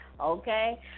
Okay